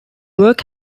work